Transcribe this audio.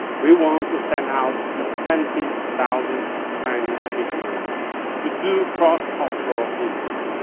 we want to send out twenty thousand chinese missionaries to do cross cultural missions.